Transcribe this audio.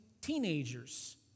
teenagers